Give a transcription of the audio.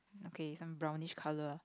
okay some brownish colour